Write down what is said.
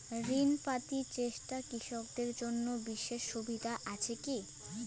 ঋণ পাতি চেষ্টা কৃষকদের জন্য বিশেষ সুবিধা আছি কি?